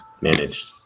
managed